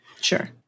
Sure